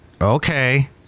Okay